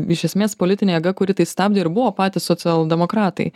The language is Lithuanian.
iš esmės politinė jėga kuri tai stabdė ir buvo patys socialdemokratai